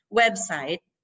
website